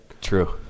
True